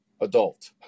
adult